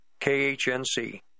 KHNC